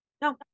No